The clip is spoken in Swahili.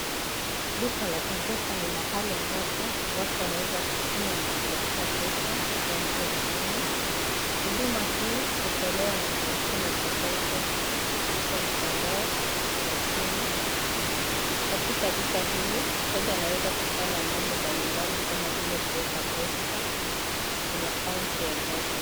Duka la M-Pesa ni mahali ambapo watu wanaweza kutuma na kupokea pesa kwa njia ya simu. Huduma hii hutolewa na kampuni ya Safaricom kupitia mtandao wa simu. Katika duka hili mteja anaweza kufanya mambo mbalimbali kama vile kuweka pesa kwenye akaunti ya M-Pesa.